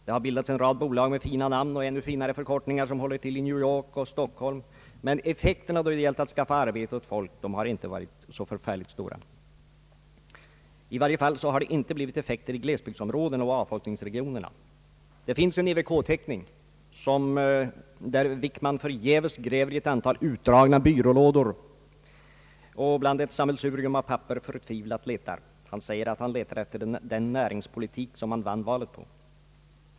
Det har bildats en rad bolag med fina namn och ännu finare förkortningar, som håller till i New York och Stockholm, men effekten då det har gällt att skaffa arbete åt folk har inte varit särskilt stor, i varje fall inte i glesbygdsområdena och i avfolkningsregionerna. Det finns en EWK-teckning som visar hur herr Wickman förgäves gräver i ett antal utdragna byrålådor och förtvivlat letar bland ett sammelsurium av papper. Han säger att han letar efter den näringspolitik som socialdemokraterna vann valet på.